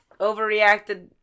overreacted